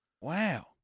Wow